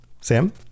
Sam